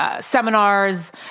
Seminars